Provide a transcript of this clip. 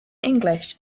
english